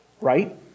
right